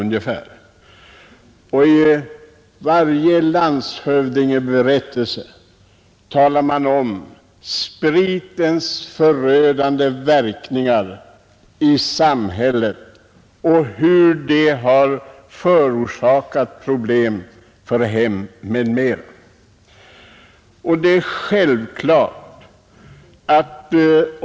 I var och en av dem omnämns spritens förödande verkningar i samhället och de problem den hade skapat i hemmen.